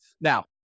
Now